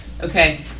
Okay